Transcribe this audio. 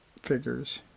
figures